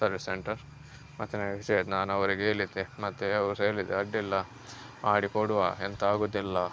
service centre ಮತ್ತೆ ನನಗೆ ಖುಷಿಯಾಯ್ತು ನಾನು ಅವರಿಗೆ ಹೇಳಿದ್ದೆ ಮತ್ತೆ ಅವರು ಹೇಳಿದ್ದು ಅಡ್ಡಿಲ್ಲ ಮಾಡಿಕೊಡುವ ಎಂಥ ಆಗೋದಿಲ್ಲ